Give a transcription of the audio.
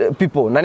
people